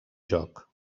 joc